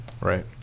Right